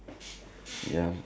no more conflicts